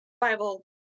Bible